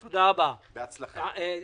בהצלחה.